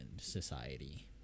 society